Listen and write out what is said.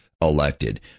elected